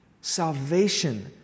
salvation